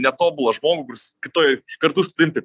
netobulą žmogų kitoj kartu su tavim taip